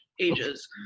ages